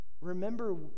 remember